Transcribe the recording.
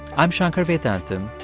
i'm shankar vedantam,